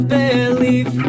belief